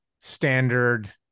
standard